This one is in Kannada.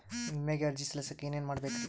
ವಿಮೆಗೆ ಅರ್ಜಿ ಸಲ್ಲಿಸಕ ಏನೇನ್ ಮಾಡ್ಬೇಕ್ರಿ?